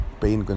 pain